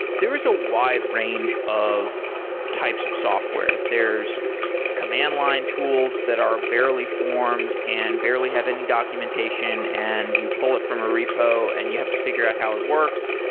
there is a wide range of types of software. there's command-line tools that are barely formed and barely have any documentation and you pull it from a repo and you have to figure out how it works.